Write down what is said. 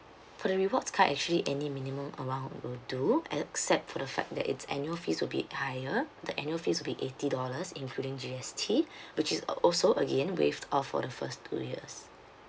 for the rewards card actually any minimum amount will do except for the fact that its annual fees will be higher the annual fees will be eighty dollars including G_S_T which is also again waived off for the first two years